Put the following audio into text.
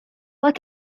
what